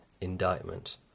indictment